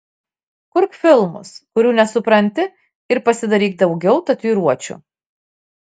kurk filmus kurių nesupranti ir pasidaryk daugiau tatuiruočių